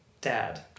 dad